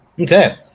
Okay